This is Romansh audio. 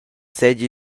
seigi